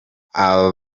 aba